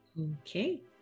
Okay